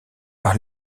par